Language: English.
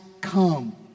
come